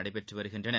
நடைபெற்று வருகின்றன